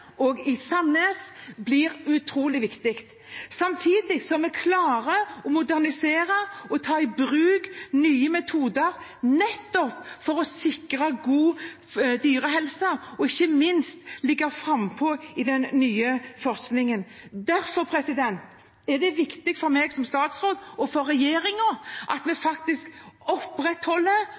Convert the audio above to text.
og Sandnes, blir utrolig viktig – samtidig som vi klarer å modernisere og ta i bruk nye metoder nettopp for å sikre god dyrehelse og ikke minst ligge frampå i den nye forskningen. Derfor er det viktig for meg som statsråd og for regjeringen at vi faktisk opprettholder